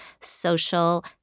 Social